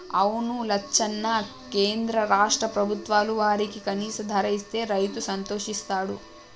అవును లచ్చన్న కేంద్ర రాష్ట్ర ప్రభుత్వాలు వారికి కనీస ధర ఇస్తే రైతు సంతోషిస్తాడు